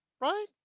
Right